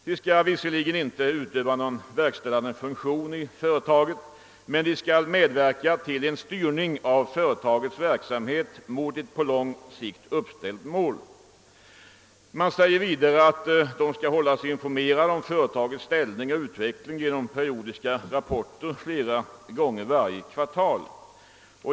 De skall visserligen inte utöva någon verkställande funktion i företaget, men de skall medverka till en styrning av företagets verksamhet mot ett på lång sikt uppställt mål. Man säger vidare att stabsgrupperna skall hållas informerade om företagets ställning och utveckling genom periodiska rapporter flera gånger varje kvartal.